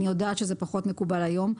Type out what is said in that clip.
אני יודעת שזה פחות מקובל היום.